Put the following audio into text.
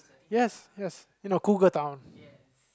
yes yes you know cougar town